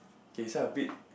okay so a bit